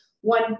one